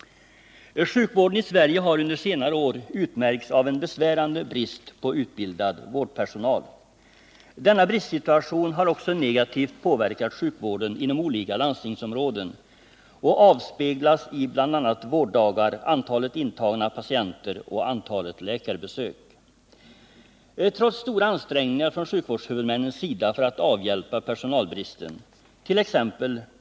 Sjukvården i Sverige har under senare år utmärkts av en besvärande brist på utbildad vårdpersonal. Denna bristsituation har också negativt påverkat sjukvården inom olika landstingsområden och avspeglas i bl.a. antalet vårddagar, antalet intagna patienter och antalet läkarbesök. Trots stora ansträngningar från sjukvårdshuvudmännens sida för att avhjälpa personalbristen —t.ex.